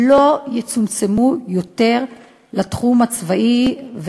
לא יצומצמו יותר לתחום הצבאי,